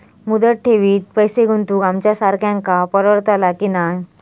मुदत ठेवीत पैसे गुंतवक आमच्यासारख्यांका परवडतला की नाय?